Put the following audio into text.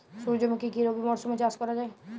সুর্যমুখী কি রবি মরশুমে চাষ করা যায়?